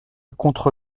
contre